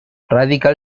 radical